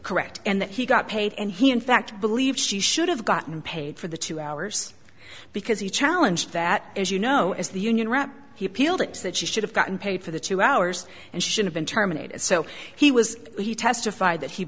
correct and that he got paid and he in fact believes she should have gotten paid for the two hours because he challenge that as you know as the union rep he appealed it that she should have gotten paid for the two hours and should have been terminated so he was he testified that he